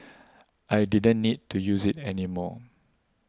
I didn't need to use it anymore